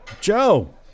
Joe